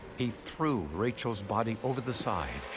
he threw rachel's body over the side,